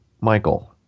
Michael